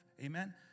Amen